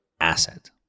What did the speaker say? asset